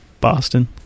Boston